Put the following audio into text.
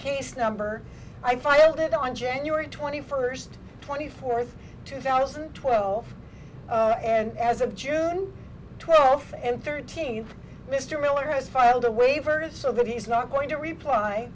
case number i filed it on january twenty first twenty fourth two thousand and twelve and as of june twelfth and thirteenth mr miller has filed a waiver so that he's not going to reply